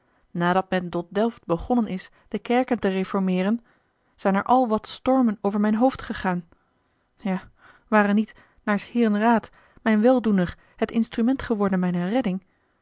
men tot delft begonnen is de kerken te reformeeren zijn er al wat stormen over mijn hoofd gegaan ja ware niet naar s heeren raad mijn weldoener het instrument geworden mijner redding